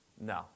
No